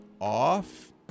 off